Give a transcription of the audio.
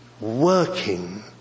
working